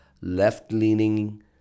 left-leaning